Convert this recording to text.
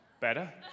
Better